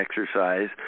exercise